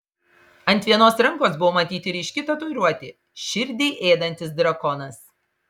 ant vienos rankos buvo matyti ryški tatuiruotė širdį ėdantis drakonas